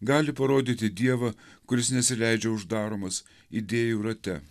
gali parodyti dievą kuris nesileidžia uždaromas idėjų rate